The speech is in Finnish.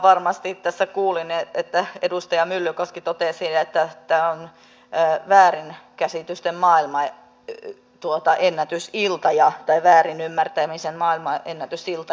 todellakin tässä kuulin että edustaja myllykoski totesi että tämä on väärinkäsitysten maailmanennätysilta tai väärin ymmärtämisen maailmanennätysilta